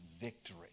victory